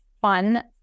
fun